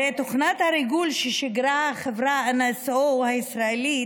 הרי תוכנת הריגול ששיגרה לעולם חברת NSO הישראלית,